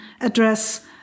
address